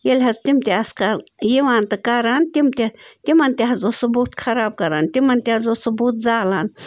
ییٚلہِ حظ تِم چھِ آزکَل یِوان تہٕ کَران تِم تہِ تِمن تہِ حظ اوس سُہ بُتھ خَراب کَران تِمن تہِ حظ اوس سُہ بُتھ زالان